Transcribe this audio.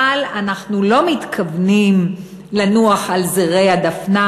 אבל אנחנו לא מתכוונים לנוח על זרי הדפנה,